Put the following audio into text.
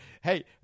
hey